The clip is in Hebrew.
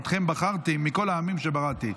אתכם בחרתי מכל העמים שבראתי.